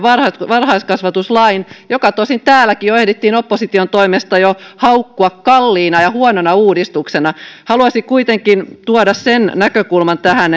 varhaiskasvatuslain joka tosin täälläkin jo ehdittiin opposition toimesta haukkua kalliiksi ja ja huonoksi uudistukseksi haluaisin kuitenkin tuoda sen näkökulman tähän